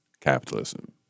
capitalism